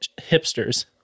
hipsters